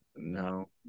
No